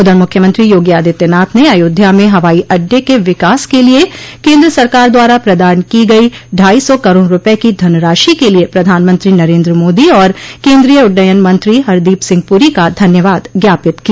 उधर मुख्यमंत्री योगी आदित्यनाथ ने अयोध्या में हवाई अड्डे के विकास के लिये केन्द्र सरकार द्वारा प्रदान की गई ढाई सौ करोड़ रूपये की धनराशि के लिये प्रधानमंत्री नरेन्द्र मोदी और केन्द्रीय उड्डयन मंत्री हरदीप सिंह पुरी का धन्यवाद ज्ञापित किया